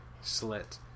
slit